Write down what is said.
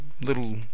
little